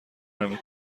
نمی